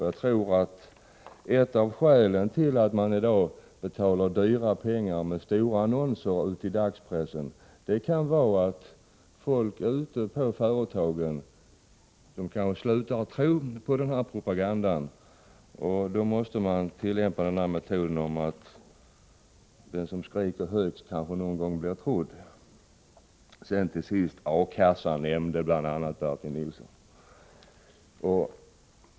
Jag tror att ett av skälen till att man från socialistiskt håll i dag för dyra pengar för in stora annonser i dagspressen är att folk ute på företagen slutar tro på den här propagandan. Därför måste man tillämpa metoden att skrika högst för att någon gång bli trodd. Börje Nilsson tog upp frågan om A-kassan.